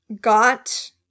got